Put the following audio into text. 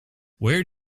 where